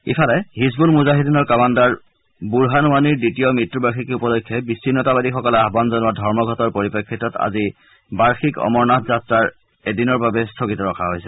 ইফালে হিজবুল মুজাহিদিনৰ কামাণ্ডাৰ বুৰহান ৱানিৰ দ্বিতীয় মৃত্যু বাৰ্ষিকী উপলক্ষে বিচ্চিন্নতাবাদীসকলে আহুন জনোৱা ধৰ্মঘটৰ পৰিপ্ৰেক্ষিতত আজি বাৰ্যিক অমৰনাথ যাত্ৰাৰ এদিনৰ বাবে স্থগিত ৰখা হৈছে